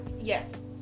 yes